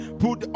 put